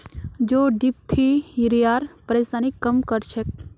जौ डिप्थिरियार परेशानीक कम कर छेक